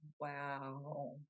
Wow